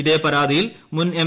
ഇതേ പരാതിയിൽ മുൻ എം